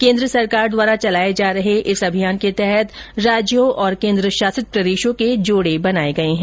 केन्द्र सरकार द्वारा चलाए जा रहे इस अभियान के तहत राज्यों और केन्द्र शासित प्रदेशों के जोडे बनाये गये है